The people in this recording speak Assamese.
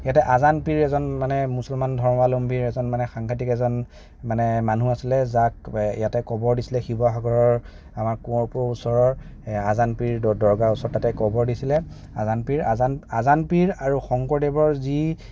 এতিয়া আজান পীৰ এজন মানে মুছলমান ধৰ্মাৱলম্বীৰ এজন সাংঘাতিক এজন মানে মানুহ আছিলে যাক ইয়াতে কবৰ দিছিলে শিৱসাগৰৰ আমাৰ কোৱঁৰপুৰ ওচৰৰ আজান পীৰ দৰগাহ ওচৰত তাতে কবৰ দিছিলে আজান পীৰ আজান আজান পীৰ আৰু শংকৰদেৱৰ যি